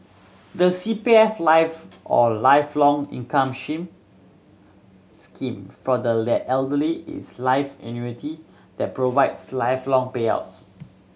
the C P F Life or Lifelong Income Shame Scheme for the Elderly is a life annuity that provides lifelong payouts